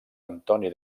antoni